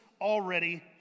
already